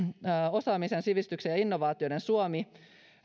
osaamisen sivistyksen ja innovaatioiden suomi